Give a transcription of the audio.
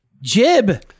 Jib